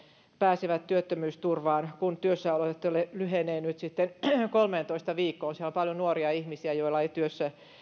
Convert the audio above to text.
pääsevät työttömyysturvaan kun työssäoloehto lyhenee nyt kolmeentoista viikkoon siellä on paljon nuoria ihmisiä joilla ei